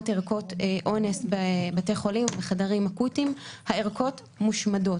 ערכות אונס בבתי חולים ובחדרים אקוטיים הערכות מושמדות.